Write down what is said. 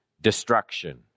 destruction